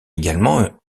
également